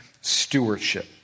stewardship